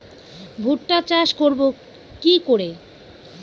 ভুট্টা চাষ করব কি করে?